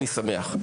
אני שמח.